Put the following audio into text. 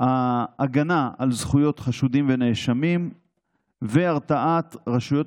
ההגנה על זכויות חשודים ונאשמים והרתעת רשויות